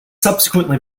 subsequently